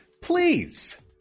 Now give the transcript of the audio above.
please